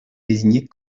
désignées